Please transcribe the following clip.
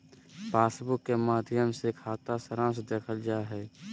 passbook के माध्मय से खाता सारांश देखल जा हय